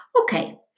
Okay